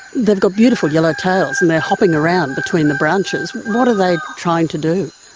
they've got beautiful yellow tails and they're hopping around between the branches. what are they trying to do?